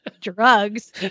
drugs